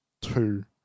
Two